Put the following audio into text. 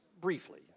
briefly